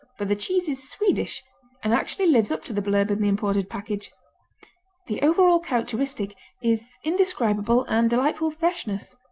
but the cheese is swedish and actually lives up to the blurb in the imported package the overall characteristic is indescribable and delightful freshness.